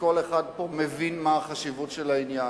שכל אחד פה מבין מה החשיבות של העניין.